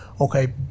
Okay